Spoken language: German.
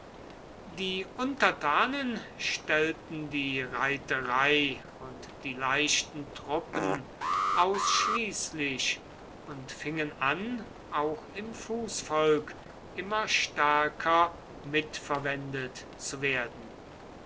die untertanen stellten die reiterei und die leichten truppen ausschließlich und fingen an auch im fußvolk immer stärker mitverwendet zu werden